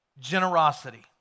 generosity